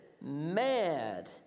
mad